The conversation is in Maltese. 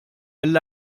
mill